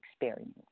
experience